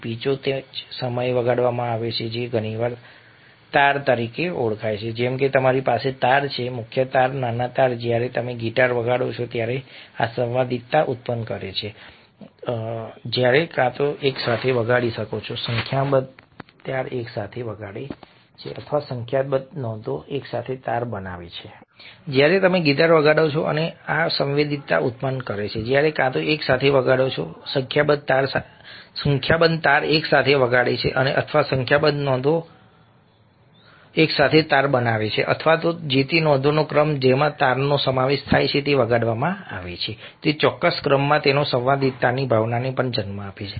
પીચો તે જ સમયે વગાડવામાં આવે છે જે ઘણી વાર તાર તરીકે ઓળખાય છે જેમ કે તમારી પાસે તાર છે મુખ્ય તાર નાના તાર જ્યારે તમે ગિટાર વગાડો છો અને આ સંવાદિતા ઉત્પન્ન કરે છે જ્યારે કાં તો એકસાથે વગાડો છો સંખ્યાબંધ તાર એકસાથે વગાડે છે અથવા સંખ્યાબંધ નોંધો એકસાથે તાર બનાવે છે અથવા જો તે નોંધોનો ક્રમ જેમાં તારનો સમાવેશ થાય છે તે વગાડવામાં આવે છે તે ચોક્કસ ક્રમમાં તેઓ સંવાદિતાની ભાવનાને પણ જન્મ આપે છે